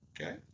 Okay